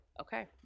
okay